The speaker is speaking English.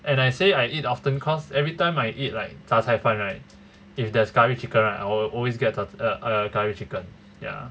and I say I eat often cause every time I eat like 杂菜饭 right if there's curry chicken right I will always get uh a a curry chicken ya